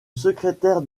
secrétaire